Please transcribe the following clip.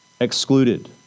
excluded